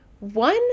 One